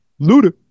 Luda